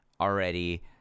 already